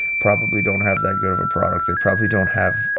probably don't have that good of a product they probably don't have,